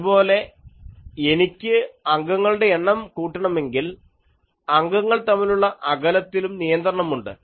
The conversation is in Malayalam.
അതുപോലെ എനിക്ക് അംഗങ്ങളുടെ എണ്ണം കൂട്ടണമെങ്കിൽ അംഗങ്ങൾ തമ്മിലുള്ള അകലത്തിലും നിയന്ത്രണമുണ്ട്